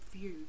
view